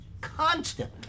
constant